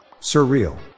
Surreal